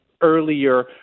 earlier